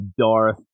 Darth